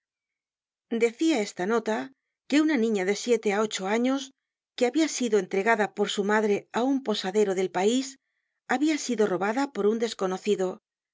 decia esta nota que un niña de siete á ocho años que habia sido entregada por su madre á un posadero del pais habia sido robada por un desconocido